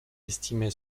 estimait